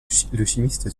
chimiste